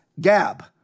Gab